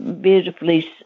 beautifully